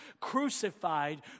crucified